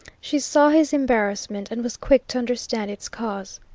she saw his embarrassment and was quick to understand its cause.